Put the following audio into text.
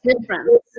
different